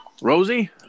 Rosie